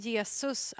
Jesus